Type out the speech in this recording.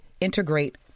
integrate